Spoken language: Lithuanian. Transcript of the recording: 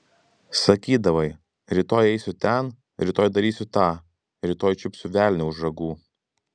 sakydavai rytoj eisiu ten rytoj darysiu tą rytoj čiupsiu velnią už ragų